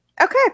okay